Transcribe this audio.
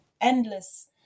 endless